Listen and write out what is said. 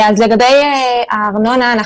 לגבי הארנונה.